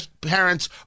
parents